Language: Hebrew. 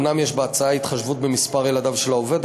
אומנם יש בהצעה התחשבות במספר ילדיו של העובד,